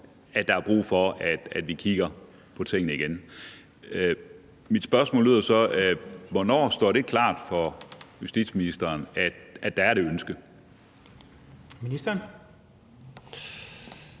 at der er brug for, at vi kigger på tingene igen. Mit spørgsmål lyder sådan: Hvornår står det klart for justitsministeren, at der er det ønske?